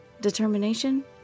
Determination